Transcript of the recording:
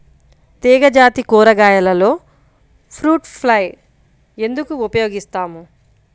తీగజాతి కూరగాయలలో fruit fly ఎందుకు ఉపయోగిస్తాము?